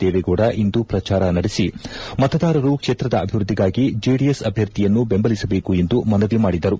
ದೇವೇಗೌಡ ಇಂದು ಪ್ರಚಾರ ನಡೆಸಿ ಮತದಾರರು ಕ್ಷೇತ್ರದ ಅಭಿವೃದ್ಧಿಗಾಗಿ ಜೆಡಿಎಸ್ ಅಭ್ಯರ್ಥಿಯನ್ನು ಬೆಂಬಲಿಸಬೇಕು ಎಂದು ಮನವಿ ಮಾಡಿದರು